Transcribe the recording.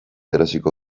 erosiko